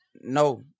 No